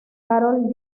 carol